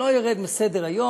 לא ירד מסדר-היום.